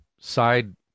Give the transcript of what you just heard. side